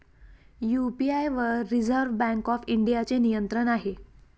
UPI वर reserve bank of इंडियाचे नियंत्रण आहे